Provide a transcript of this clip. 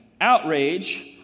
outrage